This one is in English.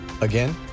Again